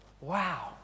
Wow